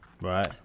Right